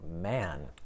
Man